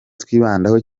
twibandaho